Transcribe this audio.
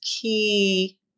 key